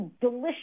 delicious